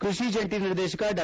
ಕೃಷಿ ಜಂಟಿ ನಿರ್ದೇಶಕ ಡಾ